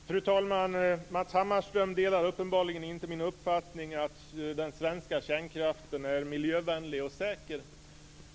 Fru talman! Matz Hammarström delar uppenbarligen inte min uppfattning att den svenska kärnkraften är miljövänlig och säker.